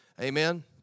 Amen